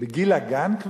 כבר בגיל הגן,